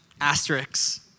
asterisks